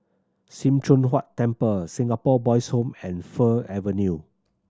Sim Choon Huat Temple Singapore Boys' Home and Fir Avenue